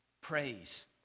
praise